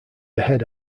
ahead